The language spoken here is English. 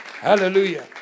Hallelujah